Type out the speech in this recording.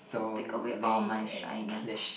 you take away all my shyness